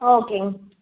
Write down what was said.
ஓகேங்க